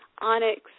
Onyx